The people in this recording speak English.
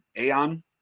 aeon